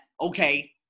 okay